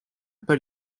pas